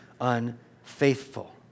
unfaithful